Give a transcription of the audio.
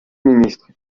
ministre